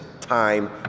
time